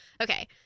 Okay